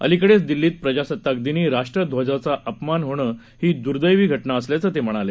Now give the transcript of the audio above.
अलिकडेच दिल्लीत प्रजासत्ताक दिनी राष्ट्रध्वजाचा अवमान होणं ही द्दैंवी घटना असल्याचं ते म्हणाले